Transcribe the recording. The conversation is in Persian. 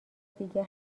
دیگه